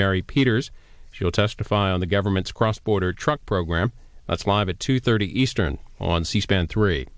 mary peters she'll testify on the government's cross border truck program that's live at two thirty eastern on c span three